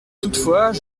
toutefois